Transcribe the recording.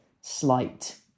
slight